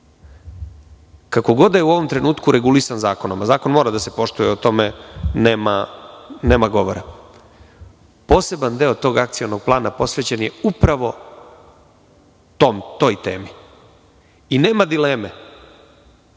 kako god da je u ovom trenutku regulisan zakonom, a zakon mora da se poštuje, o tome nema govora, poseban deo tog akcionog plana posvećen je upravo toj temi i nema dileme.